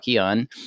on